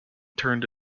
turned